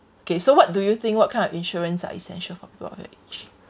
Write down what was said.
okay so what do you think what kind of insurance are essential for your age